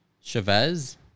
Chavez